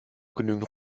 genügend